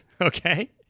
okay